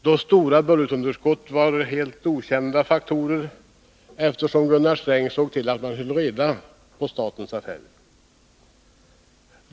Då stora budgetunderskott var okända begrepp, därför att Gunnar Sträng såg till att hålla ordning på rikets affärer.